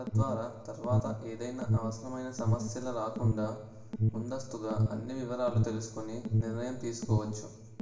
తద్వారా తరువాత ఏదైనా అవసరమైన సమస్యల రాకుండా ముందస్తుగా అన్ని వివరాలు తెలుసుకొని నిర్ణయం తీసుకోవచ్చు